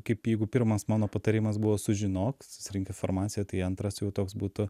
kaip jeigu pirmas mano patarimas buvo sužinok susirink iformaciją tai antras jau toks būtų